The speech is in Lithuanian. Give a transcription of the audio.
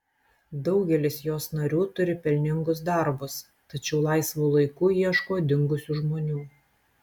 daugelis jos narių turi pelningus darbus tačiau laisvu laiku ieško dingusių žmonių